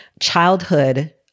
Childhood